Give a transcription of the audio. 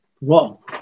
wrong